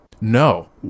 No